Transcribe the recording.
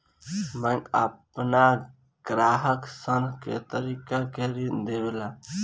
bank आपना ग्राहक सन के कए तरीका के ऋण देवेला